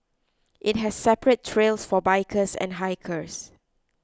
it has separate trails for bikers and hikers